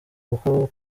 kuko